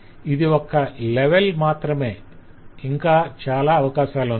ఇది ఒక్క లెవెల్ మాత్రమే ఇంకా అవకాశాలున్నాయి